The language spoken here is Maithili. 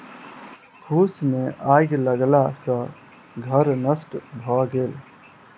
फूस मे आइग लगला सॅ घर नष्ट भ गेल